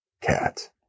cat